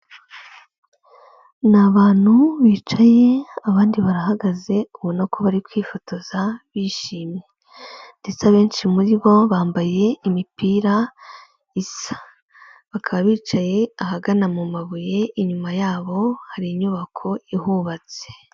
Ni abantu bicaye, abandi barahagaze ubona ko bari kwifotoza bishimye ndetse abenshi muri bo bambaye imipira isa, bakaba bicaye ahagana mu mabuye, inyuma yabo hari inyubako ihubatse.